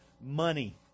money